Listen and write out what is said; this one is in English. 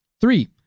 Three